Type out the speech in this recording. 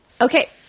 Okay